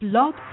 Blog